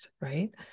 Right